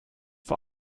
vor